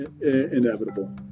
inevitable